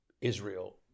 Israel